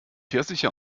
pfirsiche